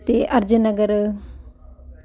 ਅਤੇ ਅਰਜਨ ਨਗਰ